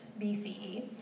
BCE